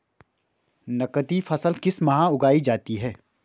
नकदी फसल किस माह उगाई जाती है?